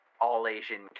all-Asian